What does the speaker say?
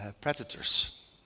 predators